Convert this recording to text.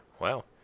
Wow